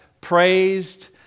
praised